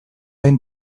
den